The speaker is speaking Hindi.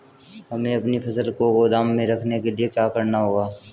हमें अपनी फसल को गोदाम में रखने के लिये क्या करना होगा?